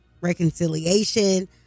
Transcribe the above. reconciliation